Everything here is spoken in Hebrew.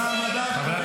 זה גועל נפש, רם.